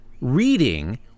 reading